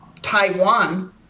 Taiwan